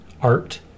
art